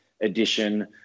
edition